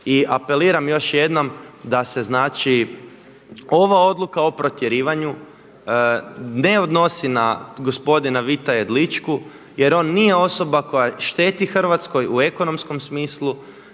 i apeliram još jednom, da se znači ova odluka o protjerivanju ne odnosi na gospodina Vita Jedličku, jer nije osoba koja šteti Hrvatskoj u ekonomskom smislu